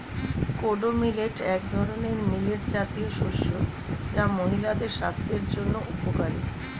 kodo millet এক ধরনের millet জাতীয় শস্য যা মহিলাদের স্বাস্থ্যের জন্য উপকারী